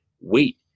wait